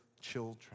children